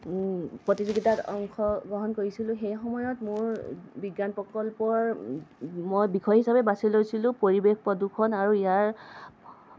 প্ৰতিযোগিতাত অংশগ্ৰহণ কৰিছিলোঁ সেই সময়ত মোৰ বিজ্ঞান প্ৰকল্পৰ মই বিষয় হিচাপে বাছি লৈছিলোঁ পৰিৱেশ প্ৰদূষণ আৰু ইয়াৰ